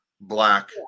black